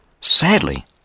Sadly